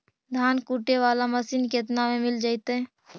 धान कुटे बाला मशीन केतना में मिल जइतै?